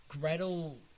Gretel